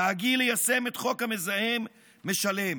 דאגי ליישם את "חוק המזהם משלם".